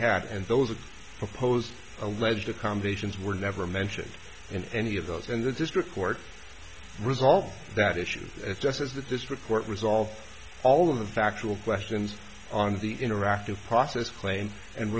had and those that opposed alleged accommodations were never mentioned in any of those in the district court resolve that issue is that this report resolve all of the factual questions on the interactive process claims and